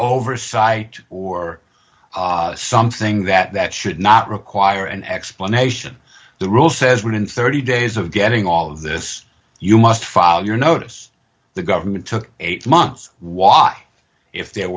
oversight or something that should not require an explanation the rule says when in thirty days of getting all of this you must file your notice the government took eight months why if there